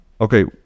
Okay